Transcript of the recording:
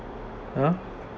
!huh!